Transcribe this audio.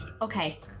Okay